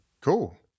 Cool